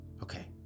Okay